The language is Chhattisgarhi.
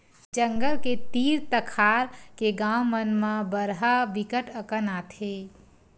जंगल के तीर तखार के गाँव मन म बरहा बिकट अकन आथे